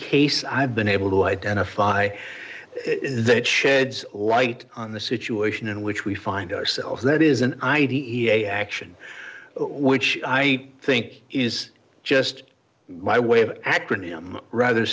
case i've been able to identify is that sheds light on the situation in which we find ourselves that is an id a action which i think is just my way of acronym rather